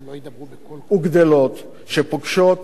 וגדלות שפוגשות ארנק ריק.